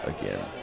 again